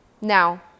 Now